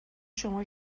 شما